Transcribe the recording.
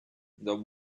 the